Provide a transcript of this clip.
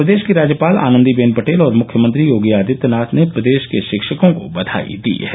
प्रदेश की राज्यपाल आनन्दीबेन पटेल और मुख्यमंत्री योगी आदित्यनाथ ने प्रदेश के शिक्षको को बधाई दी है